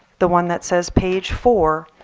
the one that says page four,